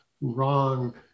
wrong